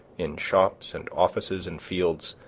in shops, and offices, and fields,